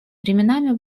временами